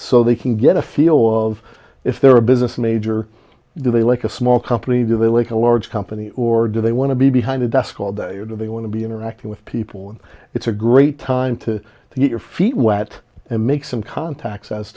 so they can get a feel of if they're a business major do they like a small company do they like a large company or do they want to be behind a desk all day or do they want to be interacting with people and it's a great time to do your feet wet and make some contacts as